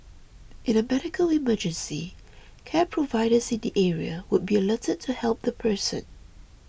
in a medical emergency care providers in the area would be alerted to help the person